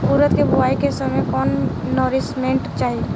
उरद के बुआई के समय कौन नौरिश्मेंट चाही?